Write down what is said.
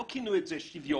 לא כינו את זה שוויון,